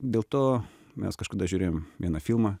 dėl to mes kažkada žiūrėjom vieną filmą